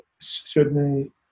certain